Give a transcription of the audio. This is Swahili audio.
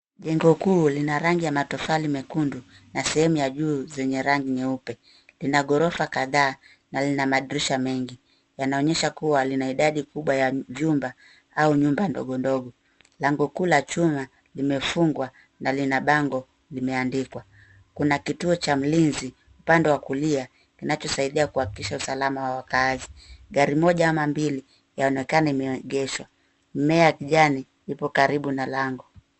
Jengo kuu lina rangi ya matofali mekundu, na sehemu ya juu zenye rangi nyeupe. Lina ghorofa kadhaa na lina madirisha mengi. Yanaonyesha kuwa lina idadi kubwa ya vyumba au nyumba ndogondogo. Lango kuu la chuma limefungwa na lina bango limeandikwa. Kuna kituo cha mlinzi upande wa kulia, kinachosaidia kuhakikisha usalama wa waakazi. Gari moja ama mbili, yaonekana imeegeshwa. Mimea ya kijani ipo karibu na lango.